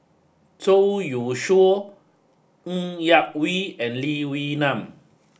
Zhou Youshuo Ng Yak Whee and Lee Wee Nam